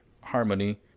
Harmony